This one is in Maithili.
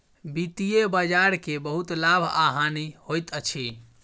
वित्तीय बजार के बहुत लाभ आ हानि होइत अछि